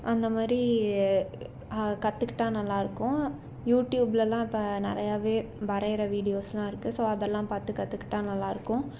அந்தமாதிரி கற்றுக்கிட்டா நல்லாயிருக்கும் யூட்யூப்லலாம் இப்போ நிறையாவே வரைகிற வீடியோஸ்லாம் இருக்குது ஸோ அதெல்லாம் பார்த்து கற்றுக்கிட்டா நல்லாயிருக்கும்